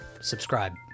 subscribe